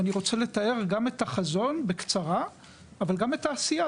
ואני רוצה לתאר גם את החזון בקצרה אבל גם את העשייה,